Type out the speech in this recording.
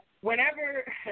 whenever